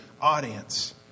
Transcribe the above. audience